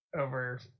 over